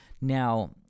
now